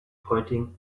pointing